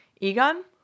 Egon